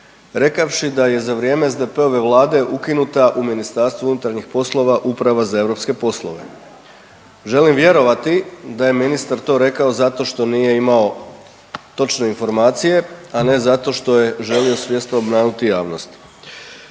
rekavši da je za vrijeme SDP-ove Vlade ukinuta u MUP-u Uprava za europske poslove. Želim vjerovati da je ministar to rekao zato što nije imao točne informacije, a ne zato što je želio svjesno obmanuti javnost.